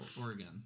Oregon